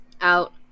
out